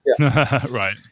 Right